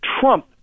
Trump